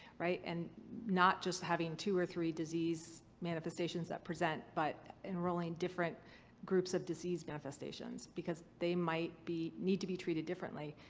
right. and not just having two or three disease manifestations that present, but enrolling different groups of disease manifestations, because they might be. need to be treated differently